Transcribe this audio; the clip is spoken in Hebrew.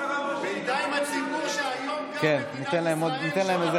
בינתיים הציבור שהיום